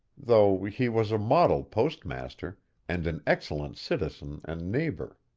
though he was a model postmaster and an excellent citizen and neighbor.